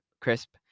crisp